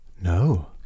No